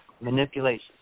manipulation